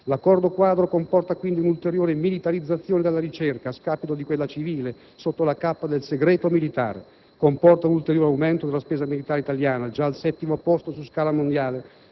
L'accordo quadro comporta, quindi, un'ulteriore militarizzazione della ricerca, a scapito di quella civile, sotto la cappa del segreto militare. Comporta un ulteriore aumento della spesa militare italiana (già al settimo posto su scala mondiale),